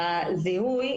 בשלב הזיהוי,